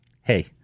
Hey